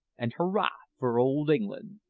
and hurrah for old england!